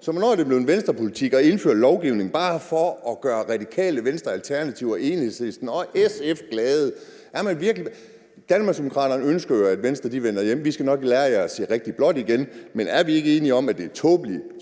Så hvornår er det blevet Venstrepolitik at indføre lovgivning bare for at gøre Radikale Venstre, Alternativet, Enhedslisten og SF glade? Danmarksdemokraterne ønsker jo, at Venstre vender hjem – vi skal nok lære jer at se blåt rigtigt igen – men er vi ikke enige om, at det